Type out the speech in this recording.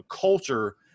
culture